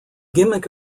gimmick